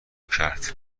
کرد